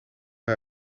hij